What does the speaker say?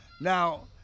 Now